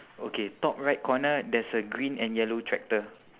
okay top right corner there's a green and yellow tractor